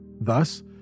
Thus